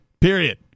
period